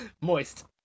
moist